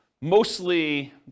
mostly